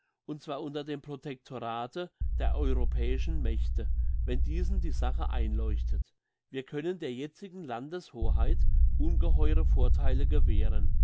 und zwar unter dem protectorate der europäischen mächte wenn diesen die sache einleuchtet wir können der jetzigen landeshoheit ungeheure vortheile gewähren